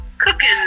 cooking